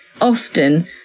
often